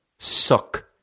Suck